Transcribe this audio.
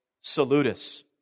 salutis